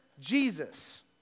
Jesus